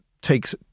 takes